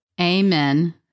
Amen